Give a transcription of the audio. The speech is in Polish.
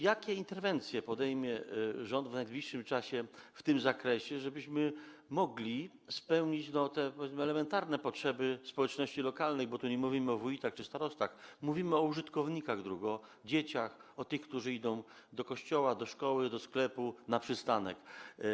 Jakie interwencje podejmie rząd w najbliższym czasie w tym zakresie, żebyśmy mogli spełnić te, powiedzmy, elementarne potrzeby społeczności lokalnej, bo tu nie mówimy o wójtach czy starostach, ale mówimy o użytkownikach dróg: o dzieciach, o tych, którzy idą do kościoła, do szkoły, do sklepu, na przystanek.